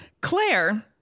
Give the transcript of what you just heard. Claire